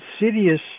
insidious